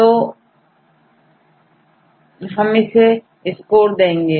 तो हम इसे कम SCOREदेंगे